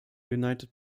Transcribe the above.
united